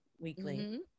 weekly